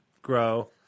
grow